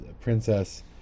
princess